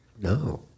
No